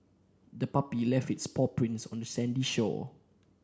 the puppy left its paw prints on the sandy shore